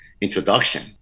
introduction